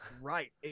Right